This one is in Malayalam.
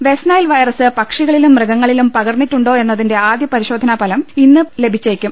വെസ്റ്റ്നൈൽ വൈറസ് പക്ഷികളിലും മൃഗങ്ങളിലും പടർന്നിട്ടുണ്ടോ യെന്നതിന്റെ ആദ്യ പരിശോധനാ ഫലം ഇന്ന് ലഭിച്ചേക്കും